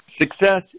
Success